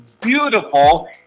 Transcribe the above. beautiful